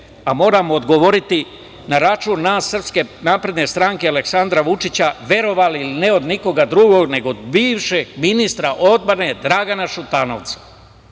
a moram odgovoriti na račun nas, SNS, Aleksandra Vučića, verovali ili ne, od nikoga drugog nego od bivšeg ministra odbrane Dragana Šutanovca.